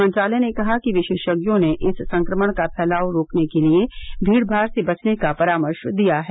मंत्रालय ने कहा कि विशेषज्ञों ने इस संक्रमण का फैलाव रोकने के लिए भीड़भाड़ से बचने का परामर्श दिया है